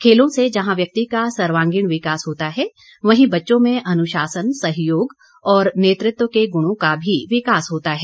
खेलों से जहां व्यक्ति का सर्वागीण विकास होता है वहीं बच्चों में अनुशासन सहयोग और नेतृत्व के गुणों का भी विकास होता है